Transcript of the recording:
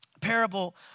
parable